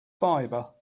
fibre